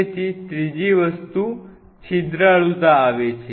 તેથી ત્રીજી વસ્તુ છિદ્રાળુતા આવે છે